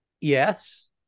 Yes